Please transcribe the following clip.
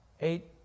Eight